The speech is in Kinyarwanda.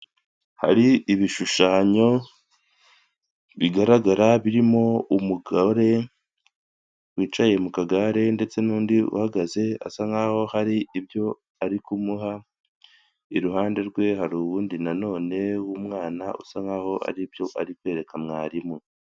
Ibishushanyo bigaragara birimo umugore wicaye mu kagare ndetse n'undi uhagaze asa nkaho hari ibyo ari kumuha, iruhande rwe hari uwundi mwana usa nkaho aribyo ari kwereka mwarimu.